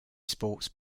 sports